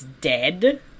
dead